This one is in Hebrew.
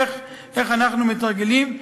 איך אנחנו מתרגלים.